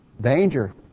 danger